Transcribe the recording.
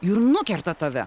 ir nukerta tave